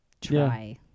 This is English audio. try